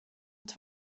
het